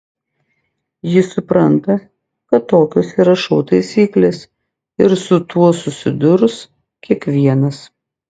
jis supranta kad tokios yra šou taisyklės ir su tuo susidurs kiekvienas